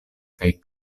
kaj